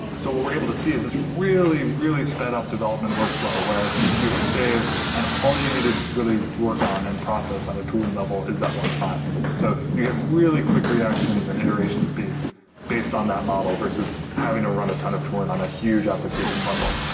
so what we're able to see is this really, really sped up development workflow where you hit save and all that you needed really work on and process on the tooling level is that one file. so you get really quick reactions and iteration speeds based on that model versus having to run a ton of tooling on a huge application bundle